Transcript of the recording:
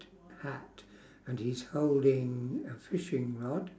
hat and he's holding a fishing rod